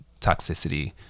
toxicity